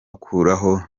akuraho